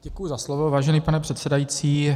Děkuji za slovo, vážený pane předsedající.